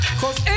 cause